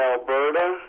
Alberta